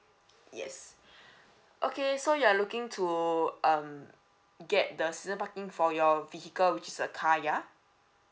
yes okay so you are looking to um get the season parking for your vehicle which is a car yeah